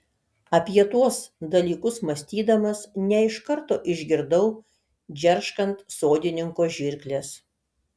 apie tuos dalykus mąstydamas ne iš karto išgirdau džerškant sodininko žirkles